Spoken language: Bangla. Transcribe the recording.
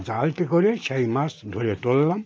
জালটি করে সেই মাছ ধরে তুললাম